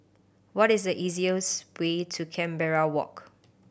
what is the easiest way to Canberra Walk